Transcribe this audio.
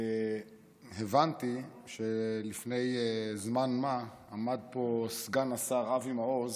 הבנתי שלפני זמן מה עמד פה סגן השר אבי מעוז